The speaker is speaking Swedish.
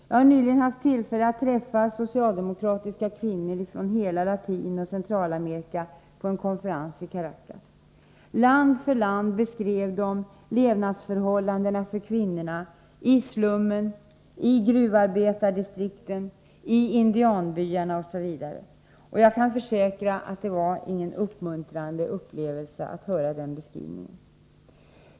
Jag har nyligen haft tillfälle att träffa socialdemokratiska kvinnor från hela Latinoch Centralamerika på en konferens i Caracas. Land för land beskrev de levnadsförhållandena för kvinnorna i slummen, gruvarbetardistrikten, indianbyarna osv. Jag kan försäkra att det inte var någon uppmuntrande upplevelse att höra den beskrivningen.